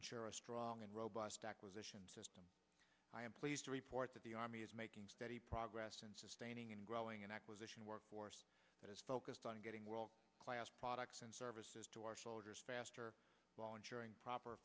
ensure a strong and robust acquisition system i am pleased to report that the army is making steady progress in sustaining and growing an acquisition workforce that is focused on getting well class products and services to our soldiers faster volunteering proper